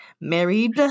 married